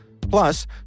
Plus